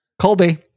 Colby